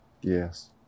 Yes